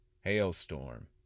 Hailstorm